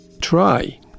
try